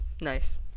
Nice